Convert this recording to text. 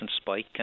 spike